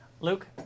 Luke